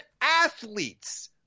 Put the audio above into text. athletes